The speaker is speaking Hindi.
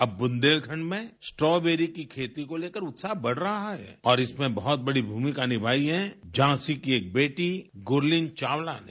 अब बुंदेलखंड में स्ट्राबेरी की खेती को लेकर उत्साह बढ़ रहा है और इसमें बहुत बड़ी भूमिका निभाई है झाँसी की एक बेटी गरलीन चावला ने